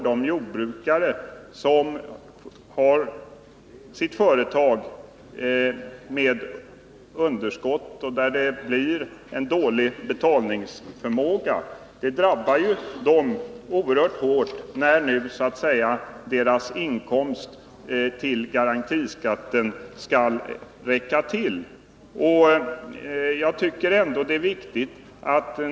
De jordbrukare som driver sin rörelse med underskott och som har dålig betalningsförmåga drabbas oerhört hårt av garantiskatten — deras inkomst skall nu räcka till för den också.